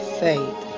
faith